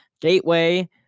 Gateway